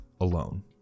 alone